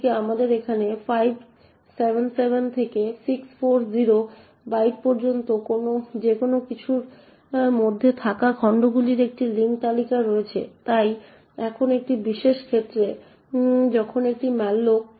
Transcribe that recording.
অন্যদিকে আমাদের এখানে 577 থেকে 640 বাইট পর্যন্ত যেকোন কিছুর মধ্যে থাকা খণ্ডগুলির একটি লিঙ্ক তালিকা রয়েছে তাই এখন এই বিশেষ ক্ষেত্রে যখন একটি malloc